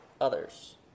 others